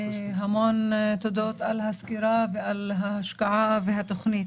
המון תודות על הסקירה, על ההשקעה ועל התכנית.